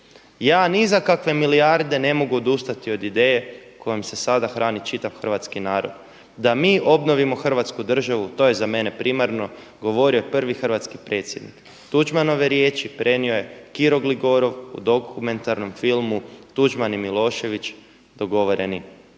Ja ni za kakve milijarde ne mogu odustati od ideje kojom se sada hrani čitav hrvatski narod, „Da mi obnovimo hrvatsku državu, to je za mene primarno.“, govorio je prvi hrvatski predsjednik. Tuđmanove riječi prenio je Kiro Gligorov u dokumentarnom filmu „Tuđman i Milošević, dogovoreni